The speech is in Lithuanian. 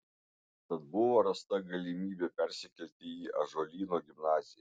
tad buvo rasta galimybė persikelti į ąžuolyno gimnaziją